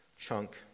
chunk